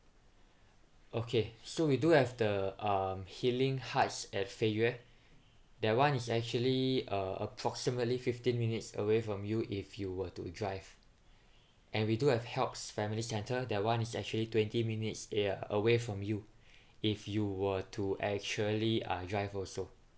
okay so we do have the um healing heights at fei yue that [one] is actually uh approximately fifteen minutes away from you if you were to drive and we do have helps family settle that [one] is actually twenty minutes uh away from you if you were to actually uh drive also